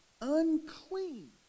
unclean